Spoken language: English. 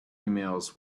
emails